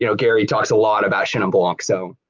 you know gary talks a lot about chenin blanc so.